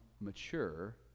mature